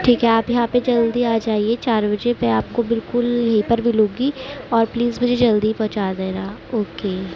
ٹھیک ہے آپ یہاں پہ جلدی آ جائیے چار بجے میں آپ کو بالکل یہیں پہ ملوں گی اور پلیز مجھے جلدی پہنچا دینا اوکے